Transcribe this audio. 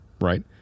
right